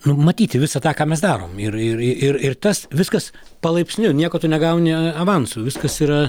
nu matyti visą tą ką mes darom ir ir ir ir tas viskas palaipsniui nieko tu negauni avansu viskas yra